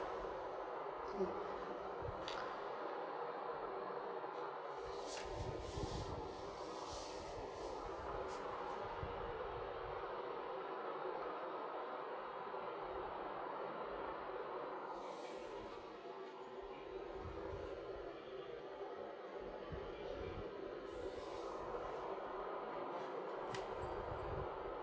K